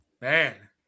man